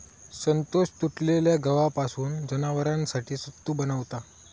संतोष तुटलेल्या गव्हापासून जनावरांसाठी सत्तू बनवता